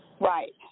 Right